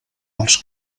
els